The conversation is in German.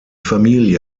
familie